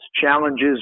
challenges